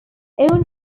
own